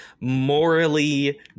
morally